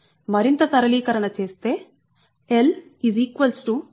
మరింత సరళీకరణ చేస్తేL 0